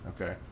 okay